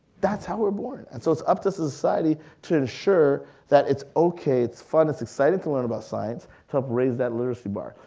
that's how we're born and so it's up to society to ensure that it's okay, it's fun, it's exciting to learn about science, to help raise that literacy bar.